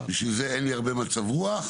בגלל זה אין לי הרבה מצב רוח,